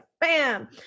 bam